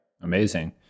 Amazing